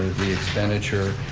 the expenditure,